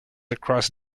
across